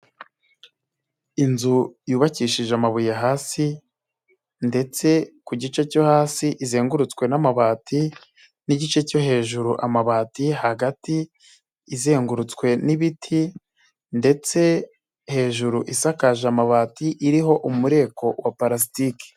Inzu yubakishije amabuye hasi ndetse ku gice cyo hasi izengurutswe n'amabati n'igice cyo hejuru amabati, hagati izengurutswe n'ibiti ndetse hejuru isakaje amabati iriho umureko wa parasitike.